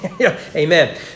amen